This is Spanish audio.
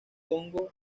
congo